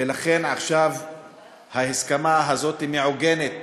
ולכן, עכשיו ההסכמה הזאת מעוגנת